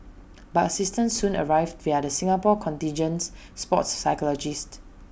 but assistance soon arrived via the Singapore contingent's sports psychologist